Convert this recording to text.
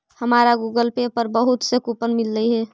हमारा Google Pay पर बहुत से कूपन मिललई हे